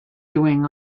doing